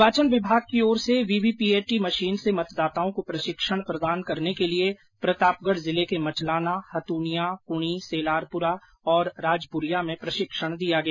निर्वाचन विभाग की ओर से वीवीपीएटी मशीन से मतदाताओं को प्रशिक्षण प्रदान करने के लिये प्रतापगढ जिले के मचलाना हतुनिया कुणी सेलारपुरा और राजपुरिया में प्रशिक्षण दिया गया